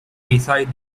beside